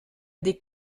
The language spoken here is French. des